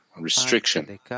restriction